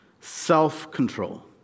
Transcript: self-control